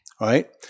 right